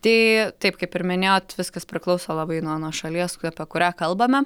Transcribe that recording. tai taip kaip ir minėjot viskas priklauso labai nuo nuo šalies apie kurią kalbame